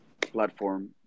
platform